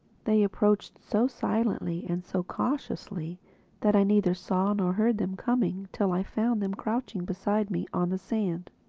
they approached so silently and so cautiously that i neither saw nor heard them coming till i found them crouching beside me on the sand.